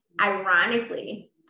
Ironically